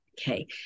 Okay